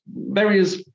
various